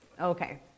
Okay